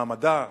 מעמדה,